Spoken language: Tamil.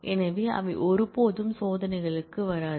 எனவே அவை ஒருபோதும் சோதனைகளுக்கு வராது